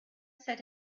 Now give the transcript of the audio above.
said